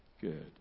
Good